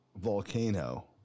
Volcano